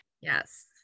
Yes